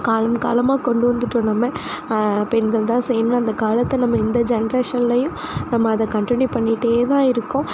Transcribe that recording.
காலம் காலமாக கொண்டு வந்துட்டோம் நம்ம பெண்கள் தான் செய்யணும்னு அந்த காலத்தை நம்ம இந்த ஜென்ரேஷன்லயும் நம்ம அதை கண்டினியூ பண்ணிக்கிட்டே தான் இருக்கோம்